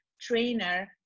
trainer